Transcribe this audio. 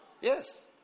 Yes